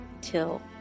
till